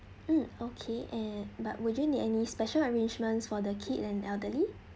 mm okay eh but would you need any special arrangements for the kid and elderly